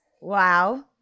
Wow